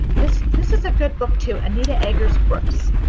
this this is a good book, too anita agers-brooks